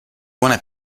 want